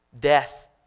Death